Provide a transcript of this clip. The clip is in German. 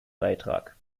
beitrag